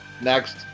Next